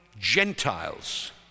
Gentiles